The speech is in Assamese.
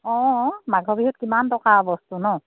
অঁ মাঘৰ বিহুত কিমান দৰকাৰ আৰু বস্তু নহ্